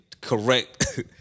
correct